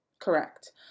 correct